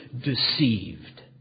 deceived